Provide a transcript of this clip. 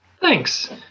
Thanks